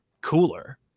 cooler